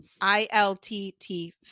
I-L-T-T